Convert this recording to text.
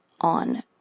on